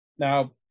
Now